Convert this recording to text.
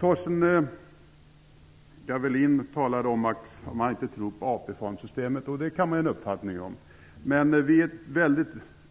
Torsten Gavelin talade om att han inte tror på AP fondssystemet. Den uppfattningen kan man ju ha. Men vi är